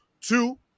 two